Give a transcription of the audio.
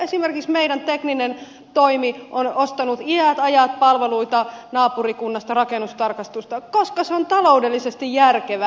esimerkiksi meidän tekninen toimemme on ostanut iät ajat palveluita naapurikunnasta rakennustarkastusta koska se on taloudellisesti järkevää